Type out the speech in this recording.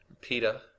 Peter